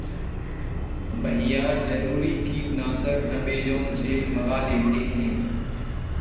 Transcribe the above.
भैया जरूरी कीटनाशक अमेजॉन से मंगा लेते हैं